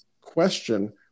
question